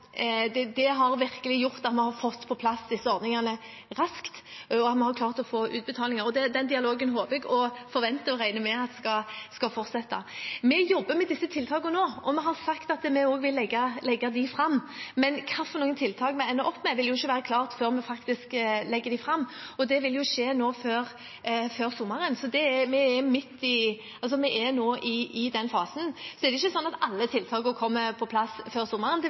at vi har klart å få til utbetalinger. Den dialogen håper, forventer og regner jeg med skal fortsette. Vi jobber med disse tiltakene nå, og vi har også sagt at vi vil legge dem fram. Men hvilke tiltak vi ender med, vil ikke være klart før vi faktisk legger dem fram, og det vil skje nå før sommeren. Vi er nå i den fasen. Det er heller ikke sånn at alle tiltakene kommer på plass før sommeren – det vil være ting vi også vil måtte se på lenger fram i tid, nettopp fordi denne krisen kommer til å vare lenger. Det vi har gjort til nå, er at